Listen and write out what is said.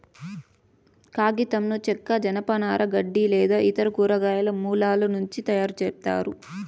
కాగితంను చెక్క, జనపనార, గడ్డి లేదా ఇతర కూరగాయల మూలాల నుంచి తయారుచేస్తారు